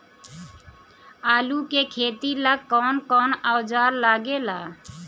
आलू के खेती ला कौन कौन औजार लागे ला?